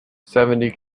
seventy